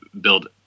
build